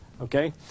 Okay